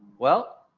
well,